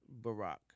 Barack